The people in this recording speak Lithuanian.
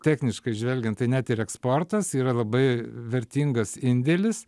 techniškai žvelgiant tai net ir eksportas yra labai vertingas indėlis